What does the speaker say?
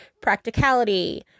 practicality